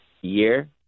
year